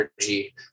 energy